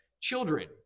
children